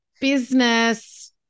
business